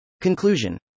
Conclusion